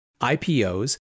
IPOs